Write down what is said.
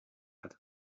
hat